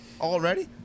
already